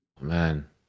man